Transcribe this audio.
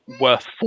worth